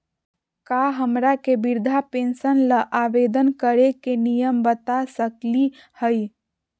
का हमरा के वृद्धा पेंसन ल आवेदन करे के नियम बता सकली हई?